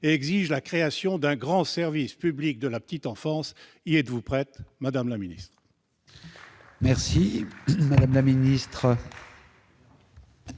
Cela exige la création d'un grand service public de la petite enfance. Y êtes-vous prête, madame la ministre ? La parole est à Mme la ministre.